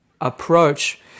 approach